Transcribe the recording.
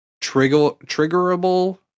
triggerable